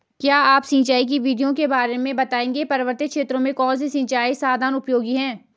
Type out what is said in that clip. क्या आप सिंचाई की विधियों के बारे में बताएंगे पर्वतीय क्षेत्रों में कौन से सिंचाई के साधन उपयोगी हैं?